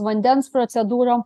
vandens procedūrom